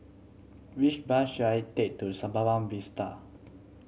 which bus should I take to Sembawang Vista